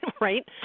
right